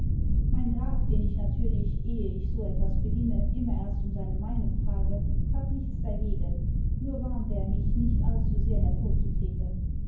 mein graf den ich natürlidi ehe ich so etwas beginne immer erst um seine meinung frage hat nichts dagegen nur warnte er mich nicht allzusehr hervorzutreten